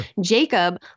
Jacob